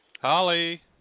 Holly